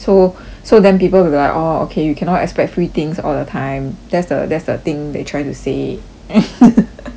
so then people will be like orh okay you cannot expect free things all the time that's the that's the thing they trying to say